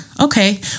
Okay